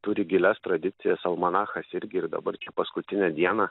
turi gilias tradicijas almanachas irgi ir dabar paskutinę dieną